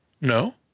No